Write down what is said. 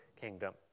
kingdom